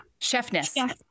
chefness